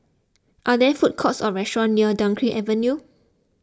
are there food courts or restaurants near Dunkirk Avenue